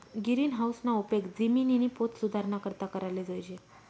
गिरीनहाऊसना उपेग जिमिननी पोत सुधाराना करता कराले जोयजे